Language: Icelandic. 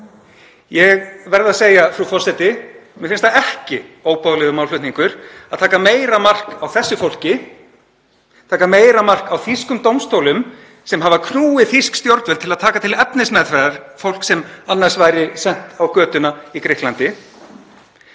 Ég verð að segja, frú forseti, að mér finnst það ekki óboðlegur málflutningur að taka meira mark á þessu fólki, taka meira mark á þýskum dómstólum sem hafa knúið þýsk stjórnvöld til að taka til efnismeðferðar mál fólks sem annars væri sent á götuna í Grikklandi.